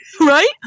Right